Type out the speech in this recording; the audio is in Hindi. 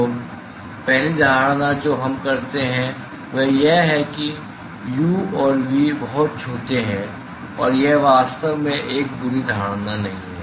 तो पहली धारणा जो हम करते हैं वह यह है कि यू और वी बहुत छोटे हैं और यह वास्तव में एक बुरी धारणा नहीं है